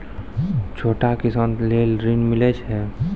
छोटा किसान लेल ॠन मिलय छै?